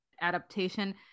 adaptation